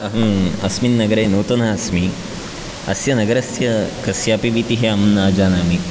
अहं अस्मिन् नगरे नूतनः अस्मि अस्य नगरस्य कस्यापि वीथिः अहं न जानामि